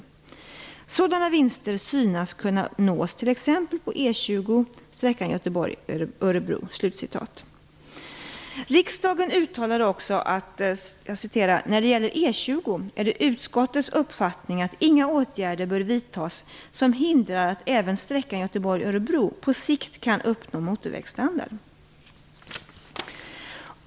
Sådana vinster synes kunna nås t.ex. på E 20, sträckan Göteborg Örebro -." Riksdagen uttalade också att "När det gäller E 20 är det utskottets uppfattning att inga åtgärder bör vidtas som hindrar att även sträckan Göteborg-Örebro på sikt kan uppnå motorvägsstandard."